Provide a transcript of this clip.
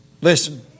Listen